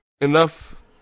enough